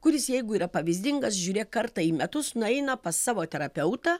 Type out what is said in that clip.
kuris jeigu yra pavyzdingas žiūrėk kartą į metus nueina pas savo terapeutą